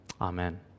amen